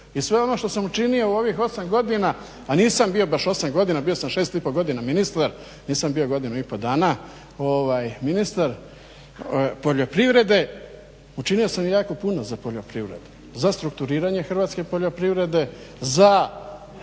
I sve ono što sam učinio u ovih 8 godina, a nisam bio baš 8 godina bio sam 6,5 godina ministar, nisam bio 1,5 godinu ministar poljoprivrede. Učinio sam jako puno za poljoprivredu, za strukturiranje hrvatske poljoprivrede, za